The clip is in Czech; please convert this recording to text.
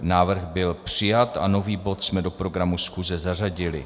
Návrh byl přijat, nový bod jsme do programu schůze zařadili.